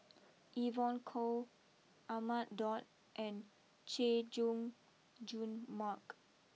Evon Kow Ahmad Daud and Chay Jung Jun Mark